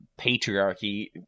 patriarchy